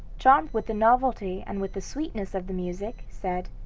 charmed with the novelty and with the sweetness of the music, said,